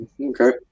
Okay